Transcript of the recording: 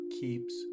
keeps